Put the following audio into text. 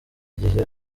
igihe